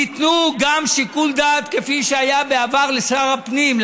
תיתנו גם שיקול דעת כפי שהיה בעבר לשר הפנים,